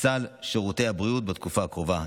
סל שירותי הבריאות בתקופה הקרובה.